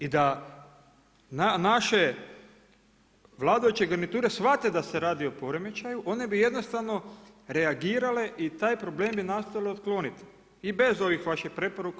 I da naše vladajuće garniture shvate da se radi o poremećaju, one bi jednostavno reagirale i taj problem bi nastojale otkloniti i bez ovih vaših preporuka.